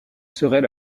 serait